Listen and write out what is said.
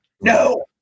no